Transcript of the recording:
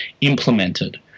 implemented